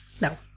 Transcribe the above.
No